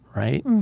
right?